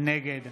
נגד